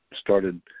started